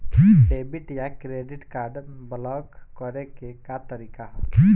Debit या credit card block करे के का तरीका ह?